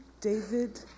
David